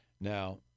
Now